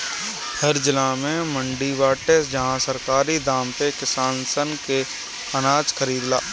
हर जिला में मंडी बाटे जहां सरकारी दाम पे किसान सन के अनाज खरीदाला